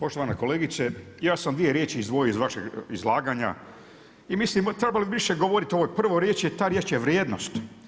Poštovana kolegice, ja sam dvije riječi izdvojio iz vašeg izlaganja i mislim trebali bi više govoriti o prvoj riječi a ta riječ je vrijednost.